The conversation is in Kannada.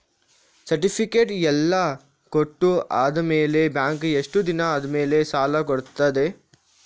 ಸರ್ಟಿಫಿಕೇಟ್ ಎಲ್ಲಾ ಕೊಟ್ಟು ಆದಮೇಲೆ ಬ್ಯಾಂಕ್ ಎಷ್ಟು ದಿನ ಆದಮೇಲೆ ಸಾಲ ಕೊಡ್ತದೆ?